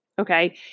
Okay